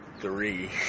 three